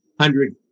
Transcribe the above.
hundred